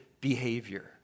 behavior